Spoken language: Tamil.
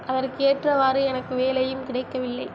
அதற்கு ஏற்றவாறு எனக்கு வேலையும் கிடைக்கவில்லை